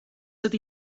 ydy